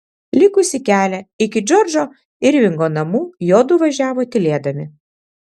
likusį kelią iki džordžo irvingo namų juodu važiavo tylėdami